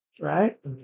Right